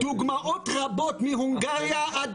דוגמאות רבות, מהונגריה עד